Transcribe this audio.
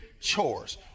Chores